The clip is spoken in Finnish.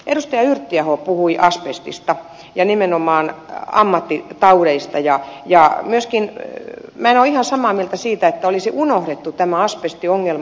edustaja yrttiaho puhui asbestista ja nimenomaan ammattitaudeista ja myöskin minä en ole ihan samaa mieltä siitä että olisi unohdettu tämä asbestiongelma